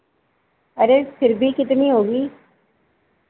अरे फिर भी कितनी होगी